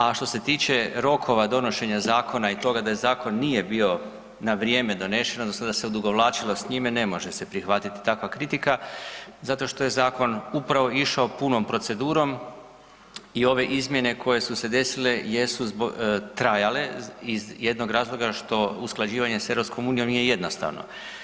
A što se tiče rokova donošenja zakona i toga da zakon nije bio na vrijeme donesen odnosno da se odugovlačilo s njime, ne može se prihvatiti takva kritika zato što je zakon upravo išao punom procedurom i ove izmjene koje su se desile jesu trajale iz jednog razloga što usklađivanje sa EU-om nije jednostavno.